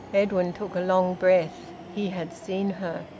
edwin took a long breath. he had seen her!